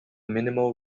minimal